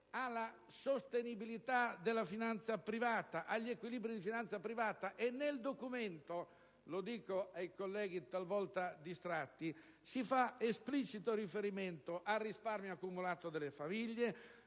alla sostenibilità della finanza privata, agli equilibri di finanza privata, e nel documento - lo dico ai colleghi talvolta distratti - si fa esplicito riferimento al risparmio accumulato dalle famiglie,